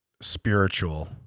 spiritual